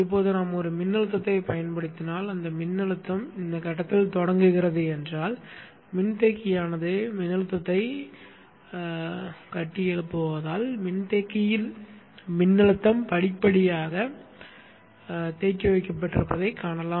இப்போது நாம் ஒரு மின்னழுத்தத்தைப் பயன்படுத்தினால் அந்த மின்னழுத்தம் இந்த கட்டத்தில் தொடங்குகிறது என்றால் மின்தேக்கியானது மின்னழுத்தத்தைக் கட்டியெழுப்புவதால் மின்தேக்கியில் மின்னழுத்தம் படிப்படியாகக் கட்டப்பட்டிருப்பதைக் காணலாம்